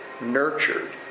nurtured